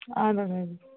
اَدٕ حَظ اَدٕ حَظ